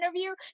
interview